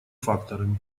факторами